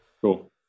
Cool